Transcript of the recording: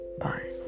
Bye